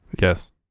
Yes